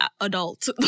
adult